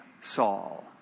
Saul